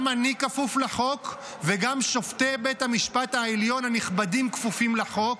גם אני כפוף לחוק וגם שופטי בית המשפט העליון הנכבדים כפופים לחוק.